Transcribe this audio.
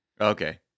Okay